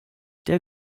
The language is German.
der